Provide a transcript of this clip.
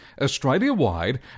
Australia-wide